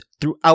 throughout